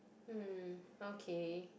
!mm! okay